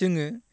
जोङो